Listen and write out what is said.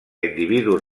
individus